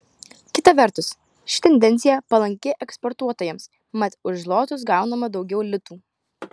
kita vertus ši tendencija palanki eksportuotojams mat už zlotus gaunama daugiau litų